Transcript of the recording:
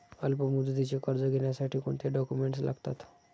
अल्पमुदतीचे कर्ज घेण्यासाठी कोणते डॉक्युमेंट्स लागतात?